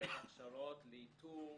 לתת הכשרות לאיתור,